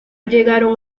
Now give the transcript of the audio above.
llegaron